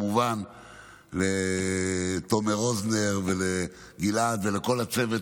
וכמובן לתומר רוזנר ולגלעד ולכל הצוות